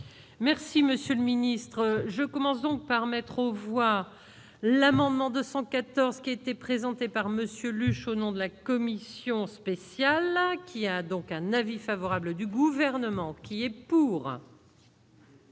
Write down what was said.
Merci monsieur le ministre je commence donc par mettre aux voix l'amendement 214 qui était présenté par Monsieur Lucho au nom de la commission spéciale qu'il y a donc un avis favorable du gouvernement qui est pour.